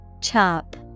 Chop